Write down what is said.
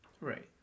Right